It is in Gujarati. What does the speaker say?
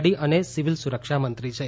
ડી અને સિવિલ સુરક્ષા મંત્રી છે